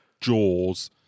Jaws